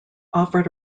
offered